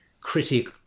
critic